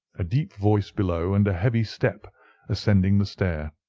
a deep voice below, and heavy steps ascending the stair.